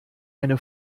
eine